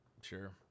Sure